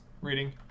reading